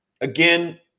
Again